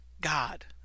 God